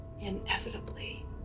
inevitably